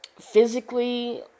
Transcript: physically